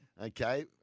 Okay